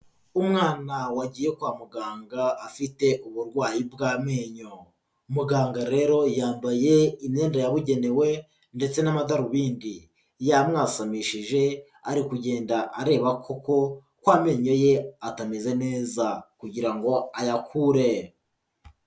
Umwana wagiye kwa muganga afite uburwayi bw'amenyo. Muganga rero yambaye imyenda yabugenewe ndetse n'amadarubindi. Yamwasamishije ari kugenda areba ko amenyo ye atameze neza kugira ngo ayakure.